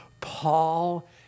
Paul